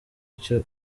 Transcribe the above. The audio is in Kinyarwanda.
icyo